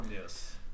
Yes